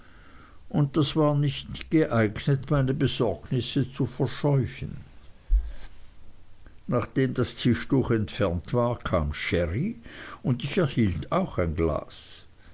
und das war gar nicht geeignet meine besorgnisse zu verscheuchen nachdem das tischtuch entfernt war kam sherry und ich erhielt auch ein glas